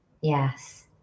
Yes